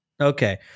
Okay